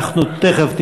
תכף,